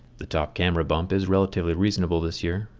the top camera bump is relatively reasonable this year,